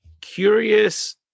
curious